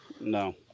No